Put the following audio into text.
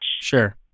Sure